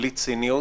ובלי ציניות,